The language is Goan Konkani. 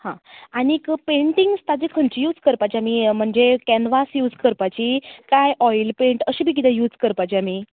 हां आनीक पेण्टिंग्स ताजी खंयची यूज करपाची म्हणजे कॅनवास यूज करपाची कांय ओय्ल पेण्ट अशें बी कितें यूज करपाची आमी